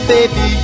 Baby